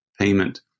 payment